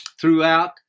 throughout